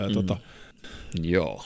Joo